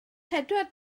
pedwar